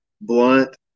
blunt